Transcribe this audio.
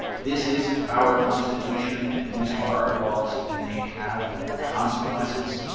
this is our constitution, and these are our laws, and they have consequences.